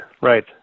right